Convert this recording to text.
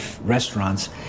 restaurants